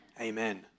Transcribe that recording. Amen